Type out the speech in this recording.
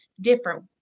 different